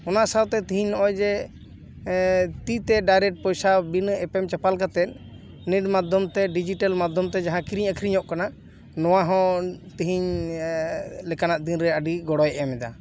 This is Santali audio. ᱚᱱᱟ ᱥᱟᱶᱛᱮ ᱛᱮᱦᱮᱧ ᱱᱚᱜᱼᱚᱭ ᱡᱮ ᱛᱤᱛᱮ ᱰᱟᱭᱨᱮᱴ ᱯᱚᱭᱥᱟ ᱵᱤᱱᱟᱹ ᱮᱯᱮᱢ ᱪᱟᱯᱟᱞ ᱠᱟᱛᱮᱫ ᱱᱮᱴ ᱢᱟᱫᱽᱫᱷᱚᱢ ᱛᱮ ᱰᱤᱡᱤᱴᱮᱞ ᱢᱟᱫᱽᱫᱷᱚᱢ ᱛᱮ ᱡᱟᱦᱟᱸ ᱠᱤᱨᱤᱧ ᱟᱹᱠᱷᱨᱤᱧᱚᱜ ᱠᱟᱱᱟ ᱱᱚᱶᱟᱦᱚᱸ ᱛᱮᱦᱮᱧ ᱞᱮᱠᱟᱱᱟᱜ ᱫᱤᱱ ᱨᱮ ᱟᱹᱰᱤ ᱜᱚᱲᱚᱭ ᱮᱢ ᱮᱫᱟ